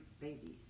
babies